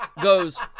goes